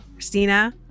Christina